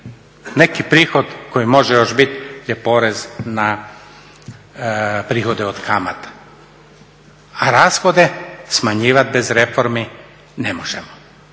Neki prihod koji može još bit je porez na prihode od kamata, a rashode smanjivat bez reformi ne možemo,